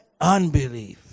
unbelief